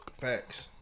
Facts